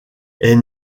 est